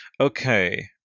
okay